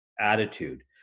attitude